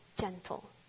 gentle